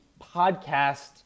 podcast